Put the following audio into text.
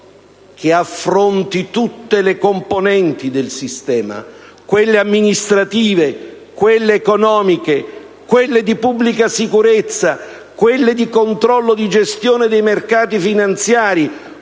che affronti tutte le componenti del sistema: quelle amministrative, quelle economiche, quelle di pubblica sicurezza, quelle di controllo di gestione dei mercati finanziari,